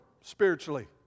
spiritually